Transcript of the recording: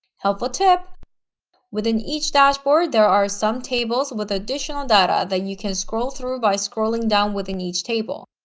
helpful tip within each dashboard there are some tables with additional data that you can scroll through by scrolling down within each table.